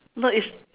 no it's